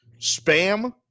Spam